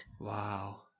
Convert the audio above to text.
Wow